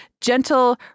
gentle